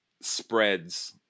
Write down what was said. spreads